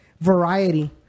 variety